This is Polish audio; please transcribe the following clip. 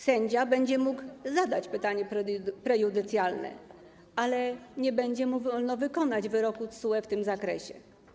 Sędzia będzie mógł zadać pytanie prejudycjalne, ale nie będzie mu wolno wykonać wyroku TSUE w tym zakresie.